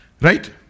Right